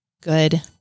good